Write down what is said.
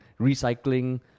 recycling